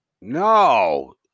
No